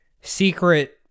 secret